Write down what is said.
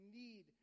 need